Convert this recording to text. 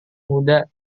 muda